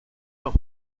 los